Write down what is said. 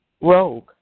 rogue